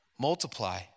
Multiply